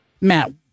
Matt